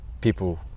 people